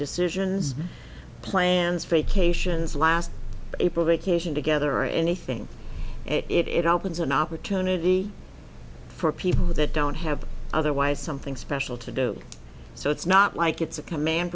decisions plans for a cations last april vacation together or anything it opens an opportunity for people that don't have otherwise something special to do so it's not like it's a command